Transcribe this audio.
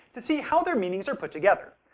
to see how their meanings are put together.